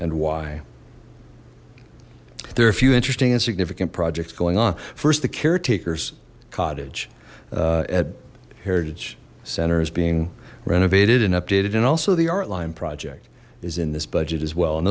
and why there are a few interesting and significant projects going on first the caretakers cottage at heritage center is being renovated and updated and also the art line project is in this budget as well and